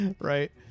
right